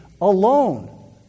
alone